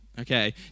Okay